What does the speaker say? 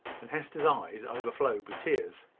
and hester's eyes overflowed with tears.